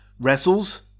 wrestles